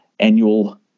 annual